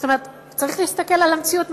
צריך להסתכל על המציאות,